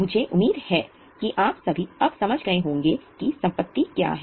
मुझे उम्मीद है कि आप सभी अब समझ गए होंगे कि संपत्ति क्या है